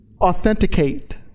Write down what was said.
authenticate